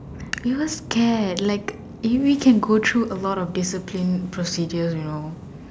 we were scared like you really can go through a lot of discipline procedure you know